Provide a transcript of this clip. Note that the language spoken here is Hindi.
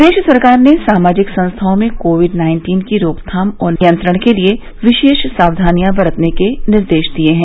प्रदेश सरकार ने सामाजिक संस्थाओं में कोविड नाइन्टीन की रोकथाम और नियंत्रण के लिये विशेष सावधानियां बरतने के निर्देश दिये हैं